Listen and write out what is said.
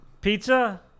Pizza